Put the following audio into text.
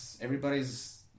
everybody's